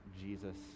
Jesus